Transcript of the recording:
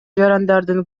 жарандардын